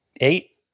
Eight